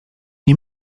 nie